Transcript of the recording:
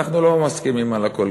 אנחנו לא מסכימים על הכול,